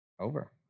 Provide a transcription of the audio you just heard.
over